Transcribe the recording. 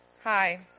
Hi